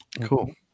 Cool